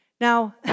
Now